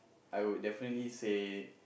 I would definitely say